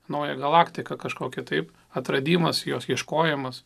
naują galaktiką kažko kitaip atradimas jos ieškojimas